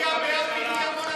ראש הממשלה שלך הצביע בעד,